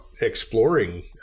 exploring